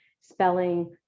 spelling